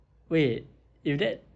wait if that